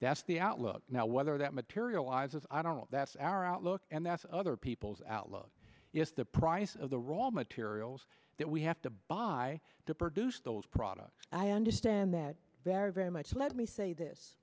that's the outlook now whether that materializes i don't that's our outlook and that's other people's outlook if the price of the raw materials that we have to buy to produce those products i understand that very very much let me say this